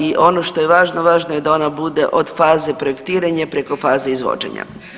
I ono što je važno, važno je da ona bude od faze projektiranja preko faze izvođenja.